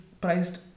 priced